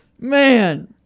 man